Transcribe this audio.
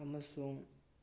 ꯑꯃꯁꯨꯡ